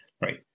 Right